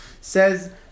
says